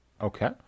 Okay